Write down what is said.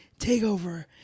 TakeOver